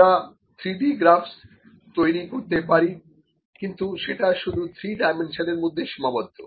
আমরা 3D তে graphs তৈরি করতে পারি কিন্তু সেটা শুধু 3 ডাইমেনশন এর মধ্যে সীমাবদ্ধ